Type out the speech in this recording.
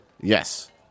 Yes